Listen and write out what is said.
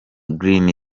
green